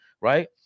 right